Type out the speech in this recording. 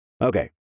Okay